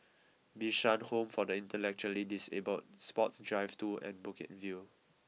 Bishan Home for the Intellectually Disabled Sports Drive two and Bukit View